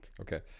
Okay